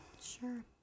Sure